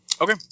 Okay